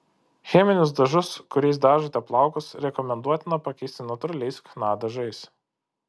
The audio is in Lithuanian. cheminius dažus kuriais dažote plaukus rekomenduotina pakeisti natūraliais chna dažais